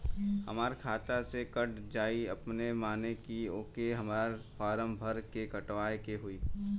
हमरा खाता से कट जायी अपने माने की आके हमरा फारम भर के कटवाए के होई?